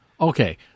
Okay